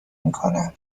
میکنم